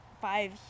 five